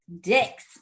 dicks